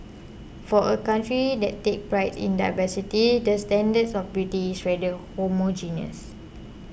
for a country that takes pride in diversity the standards of beauty is rather homogeneous